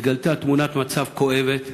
התגלתה תמונת מצב כואבת